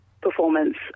performance